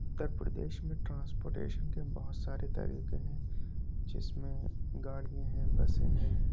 اتّر پردیش میں ٹرانسپورٹیشن کے بہت سارے طریقے ہیں جس میں گاڑیاں ہیں بسیں ہیں